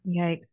Yikes